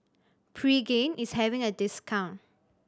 pregain is having a discount